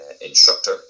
instructor